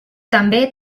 també